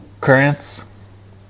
Currents